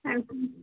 اَدٕ سا